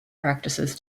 practices